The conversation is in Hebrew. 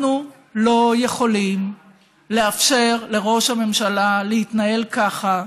אנחנו לא יכולים לאפשר לראש הממשלה להתנהל ככה,